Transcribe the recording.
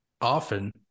often